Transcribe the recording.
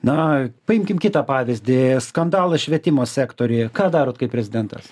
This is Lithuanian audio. na paimkim kitą pavyzdį skandalas švietimo sektoriuje ką darot kap prezidentas